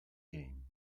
game